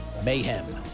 Mayhem